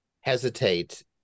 hesitate